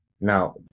Now